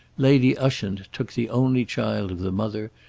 lady ushant took the only child of the mother,